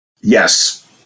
Yes